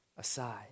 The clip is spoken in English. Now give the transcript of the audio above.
aside